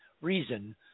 reason